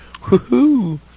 woohoo